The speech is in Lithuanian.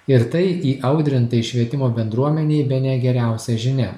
ir tai įaudrintai švietimo bendruomenei bene geriausia žinia